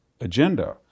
agenda